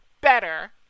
better